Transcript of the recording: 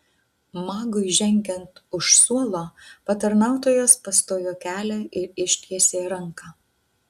magui žengiant už suolo patarnautojas pastojo kelią ir ištiesė ranką